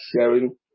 sharing